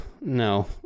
no